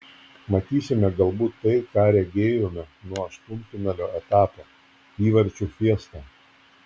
matysime galbūt tai ką regėjome nuo aštuntfinalio etapo įvarčių fiestą